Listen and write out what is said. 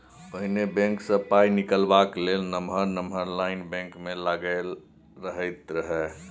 पहिने बैंक सँ पाइ निकालबाक लेल नमहर नमहर लाइन बैंक मे लागल रहैत रहय